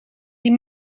die